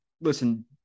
listen